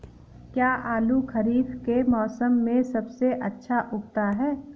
क्या आलू खरीफ के मौसम में सबसे अच्छा उगता है?